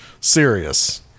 serious